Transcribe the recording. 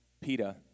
PETA